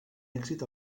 èxit